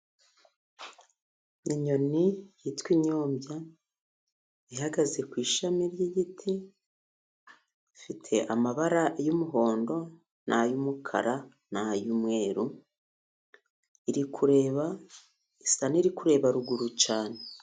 Inyoni yitwa inyombya, ihagaze ku ishami ry'igiti. Ifite amabara y'umuhondo, n'ay'umukara, n'ay'umweru. Iri kureba, isa n'iri kureba ruguru cyane.